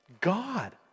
God